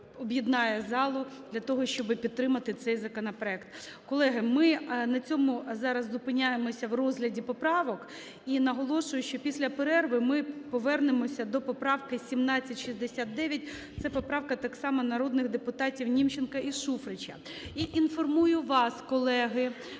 об'єднає залу для того, щоби підтримати цей законопроект. Колеги, ми на цьому зараз зупиняємося в розгляді поправок. І наголошую, що після перерви ми повернемося до поправки 1769. Це поправка так само народних депутатів Німченка і Шуфрича. І інформую вас, колеги,